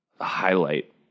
highlight